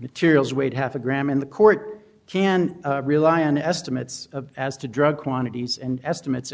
materials weighed half a gram in the court can rely on estimates as to drug quantities and estimates